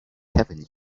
heaven